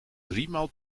driemaal